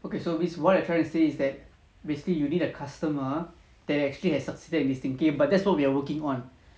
okay so means what you are trying to say is that basically you need a customer that actually has succeeded in this thinking but that's what we are working on